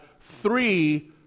three